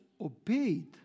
obeyed